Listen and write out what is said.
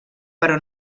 però